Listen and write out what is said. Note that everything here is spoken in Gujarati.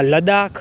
લદ્દાખ